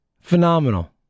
Phenomenal